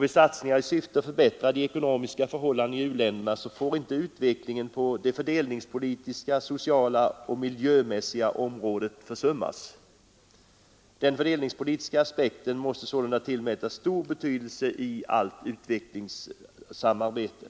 Vid satsningar i syfte att förbättra de ekonomiska förhållandena i u-länderna får inte utvecklingen på de fördelningspolitiska, sociala och miljömässiga områdena försummas. Den fördelningspolitiska aspekten måste sålunda tillmätas stor betydelse i allt utvecklingssamarbete.